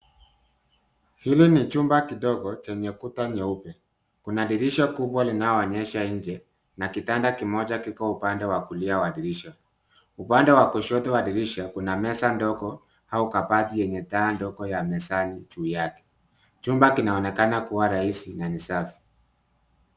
Hili ni chumba kidogo chenye kuta nyeupe. Kuna dirisha kubwa linaloonyesha nje na kitanda kimoja kiko upande wa kulia wa dirisha. Upande wa kushoto wa dirisha kuna meza ndogo au kabati yenye taa ndogo ya mezani juu yake. Chumba kinaonekana kuwa rahisi na ni safi.